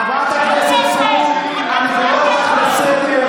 חברת הכנסת סטרוק, אני קורא אותך לסדר.